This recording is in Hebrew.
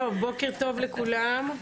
בוקר טוב לכולם,